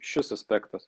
šis aspektas